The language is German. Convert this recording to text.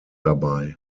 dabei